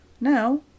Now